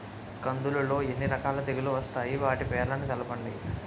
కందులు లో ఎన్ని రకాల తెగులు వస్తాయి? వాటి పేర్లను తెలపండి?